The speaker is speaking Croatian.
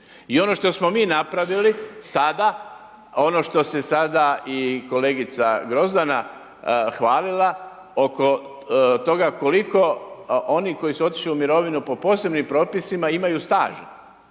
I ono što smo mi napravili tada, ono što se i kolegica Grozdana hvalila, oko toga, koliko oni koji su otišli u mirovinu, po posebnim propisima imaju staž.